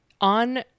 on